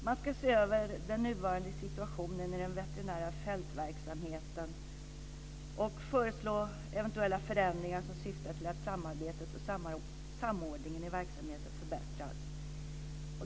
Man ska se över den nuvarande situationen i den veterinära fältverksamheten och föreslå eventuella förändringar som syftar till att samarbetet och samordningen i verksamheten förbättras.